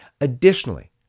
Additionally